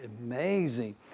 amazing